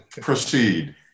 proceed